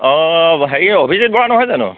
অঁ হেৰি অভিজিত বৰা নহয় জানো